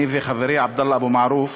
אני וחברי עבדאללה אבו מערוף,